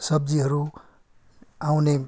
सब्जीहरू आउने